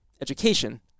education